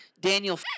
Daniel